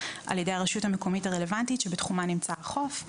על-ידי הרשות המקומית הרלוונטית שבתחומה נמצא החוף,